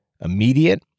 immediate